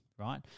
right